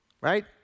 right